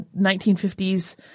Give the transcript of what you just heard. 1950s